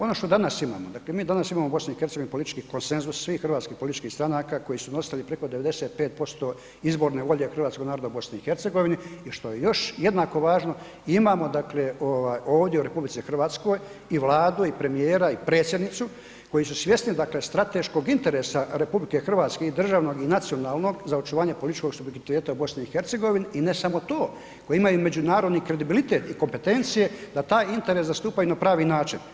Ono što danas imamo, dakle, mi danas imamo u BiH politički konsenzus svih hrvatskih političkih stranaka koji su nositelji preko 95% izborne volje hrvatskog naroda u BiH i što je još jednako važno, imamo, dakle, ovdje u RH i Vladu i premijera i predsjednicu koji su svjesni, dakle, strateškog interesa RH i državnog i nacionalnog za očuvanje političkog subjektivitet u BiH i ne samo to, koji imaju međunarodni kredibilitet i kompetencije da taj interes zastupaju na pravi način.